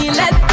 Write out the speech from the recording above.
let